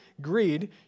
greed